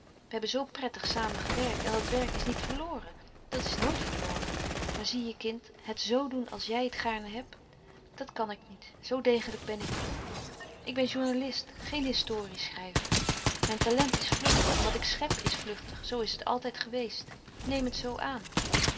we hebben zoo prettig samen gewerkt en dat werk is niet verloren dat is nooit verloren maar zie je kind het z doen als jij het gaarne hebt dat kan ik niet zoo degelijk ben ik niet ik ben journalist geen historie schrijver mijn talent is vluchtig en wat ik schep is vluchtig zoo is het altijd geweest neem het zoo aan